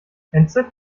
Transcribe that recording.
entzückt